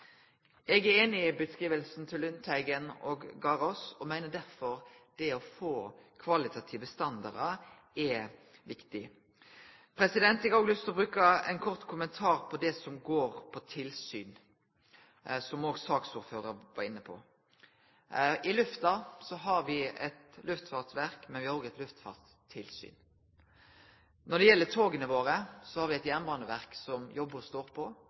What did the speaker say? Eg er einig i beskrivinga til Lundteigen og Garås og meiner derfor at det å få kvalitative standardar er viktig. Eg har òg lyst til å gi ein kort kommentar til det som går på tilsyn, som òg saksordføraren var inne på. I lufta har vi eit luftfartsverk, men vi har òg eit luftfartstilsyn. Når det gjeld toga våre, har vi eit jernbaneverk som jobbar og står på,